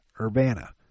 Urbana